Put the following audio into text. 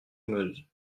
meuse